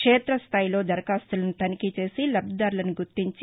క్షేతస్దాయిలో దరఖాస్తులను తనిఖీ చేసి లబ్దిదారులను గుర్తించి